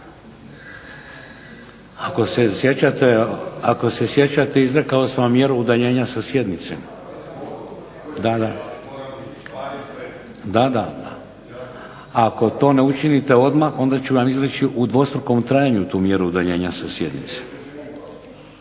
Ako se sjećate, izrekao sam vam mjeru udaljenja sa sjednice. … /Upadica se ne razumije./… Ako to ne učinite odmah onda ću vam izreći u dvostrukom trajanju tu mjeru udaljenja sa sjednice.